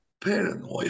paranoia